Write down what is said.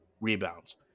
rebounds